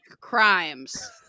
crimes